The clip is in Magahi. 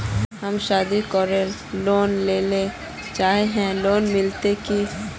हम शादी करले लोन लेले चाहे है लोन मिलते की?